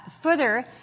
further